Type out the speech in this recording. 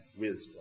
wisdom